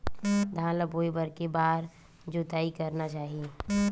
धान ल बोए बर के बार जोताई करना चाही?